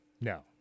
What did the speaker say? No